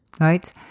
right